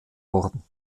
worden